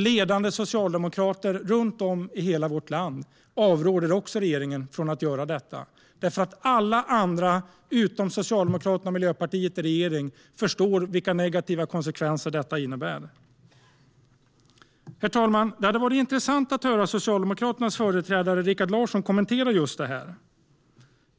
Ledande socialdemokrater runt om i hela vårt land avråder också regeringen från att göra detta. Alla andra utom socialdemokraterna och miljöpartisterna i regeringen förstår nämligen vilka negativa konsekvenser detta innebär. Herr talman! Det hade varit intressant att höra Socialdemokraternas företrädare Rikard Larsson kommentera detta.